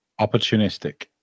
Opportunistic